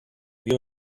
dio